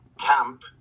camp